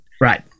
Right